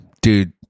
Dude